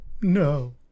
no